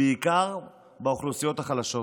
ובעיקר באוכלוסיות החלשות,